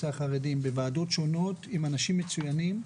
החרדים בוועדות שונות עם אנשים מצוינים,